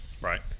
Right